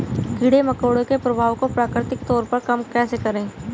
कीड़े मकोड़ों के प्रभाव को प्राकृतिक तौर पर कम कैसे करें?